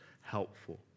helpful